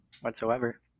whatsoever